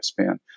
lifespan